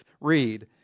read